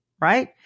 right